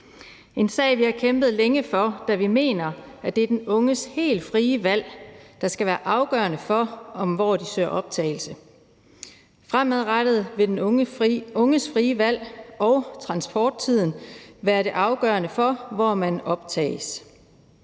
en sag, vi har kæmpet længe for, da vi mener, at det er den unges helt frie valg, der skal være afgørende for, hvor de søger om optagelse. Fremadrettet vil den unges frie valg og transporttiden være det, der er afgørende for, hvor man optages.